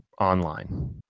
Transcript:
online